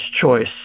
choice